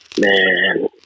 Man